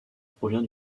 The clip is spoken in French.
provient